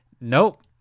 Nope